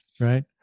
right